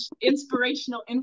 Inspirational